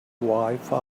wifi